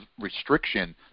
restriction